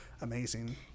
Amazing